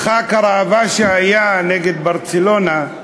לרגל כך, גם במשחק הראווה שהיה נגד ברצלונה,